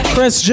Chris